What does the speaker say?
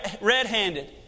red-handed